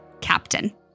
Captain